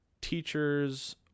teachers